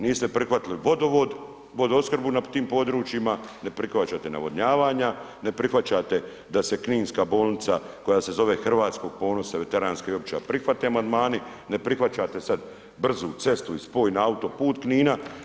Niste prihvatili vodovod, vodoopskrbu na tim područjima, ne prihvaćate navodnjavanja, ne prihvaćate da se kninska bolnica koja je zove Hrvatskog ponosa, veteranska i opća prihvate amandmani, ne prihvaćate sad brzu cestu i spoj na autoput Knina.